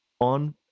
on